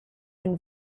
and